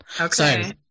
Okay